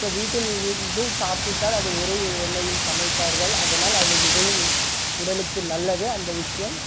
வீட்டில் இருந்து சாப்பிட்டால் அது ஒரே எண்ணெயில் சமைப்பார்கள் அதனால் அது மிகவும் உடலுக்கு நல்லது அந்த விஷயம்